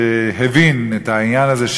שהבין את העניין הזה,